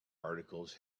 articles